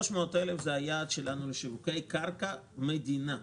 300,000 הוא היעד שלנו לשיווקי קרקע מדינה.